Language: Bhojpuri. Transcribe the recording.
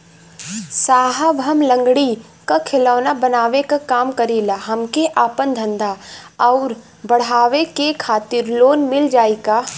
साहब हम लंगड़ी क खिलौना बनावे क काम करी ला हमके आपन धंधा अउर बढ़ावे के खातिर लोन मिल जाई का?